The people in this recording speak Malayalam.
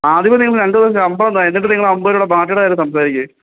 ആദ്യമേ നിങ്ങൾ രണ്ട് ദിവസത്തെ ശമ്പളം താ എന്നിട്ട് നിങ്ങൾ അമ്പത് രൂപയുടെ ബാധ്യതയുടെ കാര്യം സംസാരിക്ക്